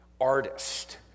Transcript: artist